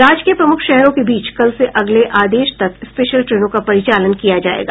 राज्य के प्रमुख शहरों के बीच कल से अगले आदेश तक स्पेशल ट्रेनों का परिचालन किया जायेगा